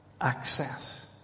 access